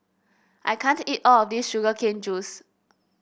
I can't eat all of this Sugar Cane Juice